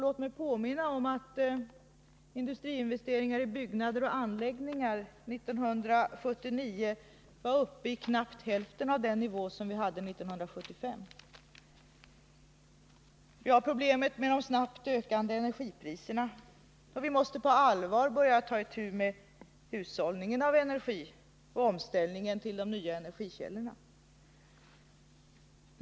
Låt mig påminna om att industriinvesteringarna i byggnader och anläggningar 1979 var uppe i knappt hälften av 1975 års nivå. Vi har problemet med de snabbt ökande energipriserna, och vi måste på allvar börja att ta itu med hushållningen med energi och omställningen till de nya energikällorna.